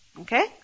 Okay